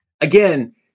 again